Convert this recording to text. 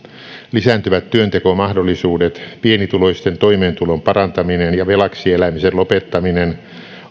lisääntyvät työntekomahdollisuudet pienituloisten toimeentulon parantaminen ja velaksi elämisen lopettaminen